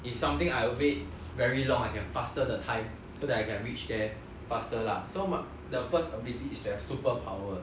if something I wait very long I can faster the time so that I can reach there faster lah so m~ the first ability is to have superpower